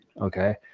okay